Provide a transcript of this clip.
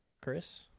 chris